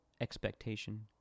expectation